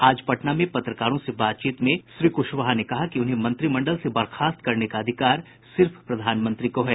आज पटना में पत्रकारों से बातचीत में श्री कुशवाहा ने कहा कि उन्हें मंत्रिमंडल से बर्खास्त करने का अधिकार सिर्फ प्रधानमंत्री को है